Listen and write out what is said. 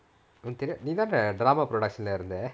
நீதானட:neethanda drama production இருந்த:iruntha